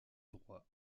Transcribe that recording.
droit